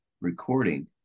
recording